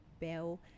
bell